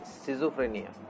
schizophrenia